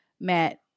Matt